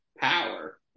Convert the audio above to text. power